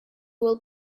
will